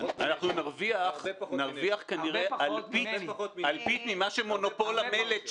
הרבה פחות מ --- נרוויח אלפית ממה שמונופול המלט,